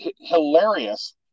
hilarious